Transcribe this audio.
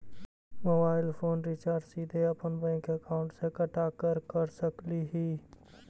Mobile phone recharge सीधे अपन bank account से कटा के कर सकली ही?